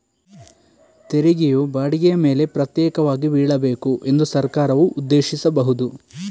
ತೆರಿಗೆಯು ಬಾಡಿಗೆಯ ಮೇಲೆ ಪ್ರತ್ಯೇಕವಾಗಿ ಬೀಳಬೇಕು ಎಂದು ಸರ್ಕಾರವು ಉದ್ದೇಶಿಸಬಹುದು